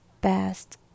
best